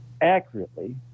accurately